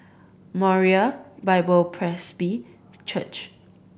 Moriah Bible Presby Church